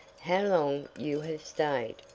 how long you have stayed!